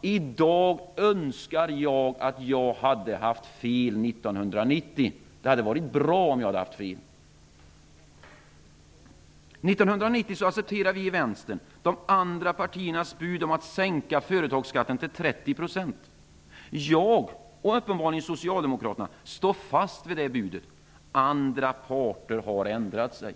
I dag önskar jag att jag hade haft fel 1990. Det hade varit bra om jag hade haft fel. 1990 accepterade vi i Vänstern de andra partiernas bud om en sänkning av företagsskatten till 30 %. Jag, och uppenbarligen också Socialdemokraterna, står fast vid det budet. Andra parter har ändrat sig.